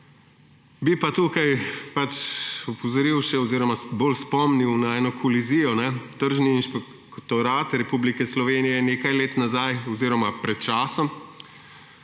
bi pa tukaj opozoril še oziroma bolj spomnil na eno kolizijo. Tržni inšpektorat Republike Slovenije je nekaj let nazaj oziroma pred časom